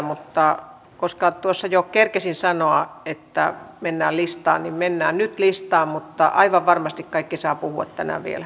mutta koska tuossa jo kerkesin sanoa että mennään listaan niin mennään nyt listaan mutta aivan varmasti kaikki saavat puhua tänään vielä